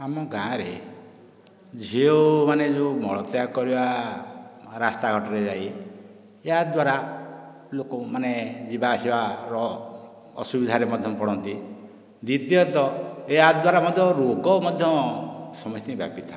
ଆମ ଗାଁରେ ଯେଉଁମାନେ ଯେଉଁ ମଳତ୍ୟାଗ କରିବା ରାସ୍ତା ଘାଟରେ ଯାଇ ଏହା ଦ୍ୱାରା ଲୋକମାନେ ଯିବା ଆସିବାର ଅସୁବିଧା ମଧ୍ୟ ପଡ଼ନ୍ତି ଦ୍ୱିତୀୟତଃ ଏହା ଦ୍ୱାରା ମଧ୍ୟ ରୋଗ ମଧ୍ୟ ସମସ୍ତଙ୍କୁ ବ୍ୟାପି ଥାଏ